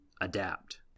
adapt